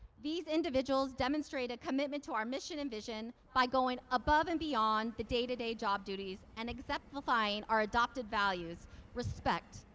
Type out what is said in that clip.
these individuals demonstrate a commitment to our mission and vision by going above and beyond the day-to-day job duties and exemplifying our adopted values respect,